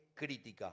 crítica